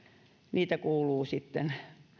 niitä kuuluu sitten